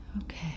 Okay